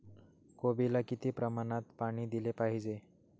कोबीला किती प्रमाणात पाणी दिले पाहिजे?